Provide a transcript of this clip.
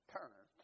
Turner